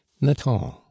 nathan